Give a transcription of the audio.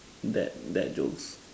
that bad jokes